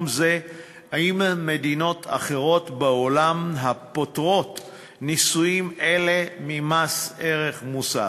זה עם מדינות אחרות בעולם הפוטרות ניסויים אלה ממס ערך מוסף.